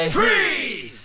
Freeze